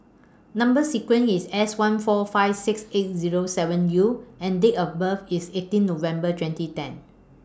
Number sequence IS S one four five six eight Zero seven U and Date of birth IS eighteen November twenty ten